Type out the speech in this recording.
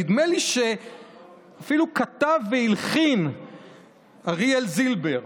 נדמה לי שאפילו כתב והלחין אריאל זילבר.